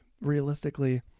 realistically